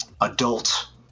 adult